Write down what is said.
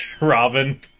robin